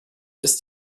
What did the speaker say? ist